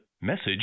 message